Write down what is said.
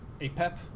Apep